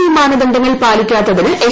C മാനദണ്ഡങ്ങൾ ്പാലിക്കാത്തതിന് H